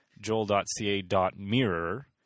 joel.ca.mirror